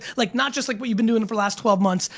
like not just like what you've been doing for last twelve months.